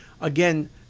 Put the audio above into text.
Again